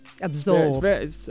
absorb